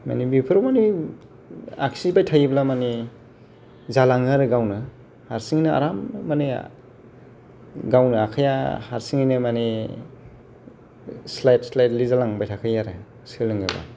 माने बेफोर माने आखिबाय थायोब्ला माने जालांङो आरो गावनो हारसिंनो आराम माने गावनो आखाया हारसिंङैनो माने स्लाइत स्लाइतलि जालांबाय थाखायो आरो सोलोंङोबा